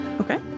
Okay